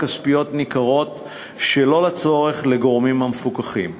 כספיות ניכרות שלא לצורך לגורמים המפוקחים.